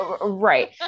right